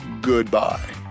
goodbye